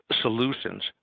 solutions